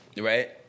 Right